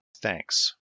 thanks